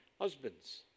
Husbands